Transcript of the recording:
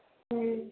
हँ